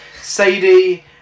Sadie